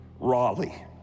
Raleigh